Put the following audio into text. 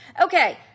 okay